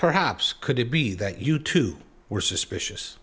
perhaps could it be that you too were suspicious